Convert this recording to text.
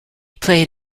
played